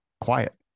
quiet